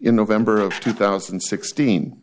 in november of two thousand and sixteen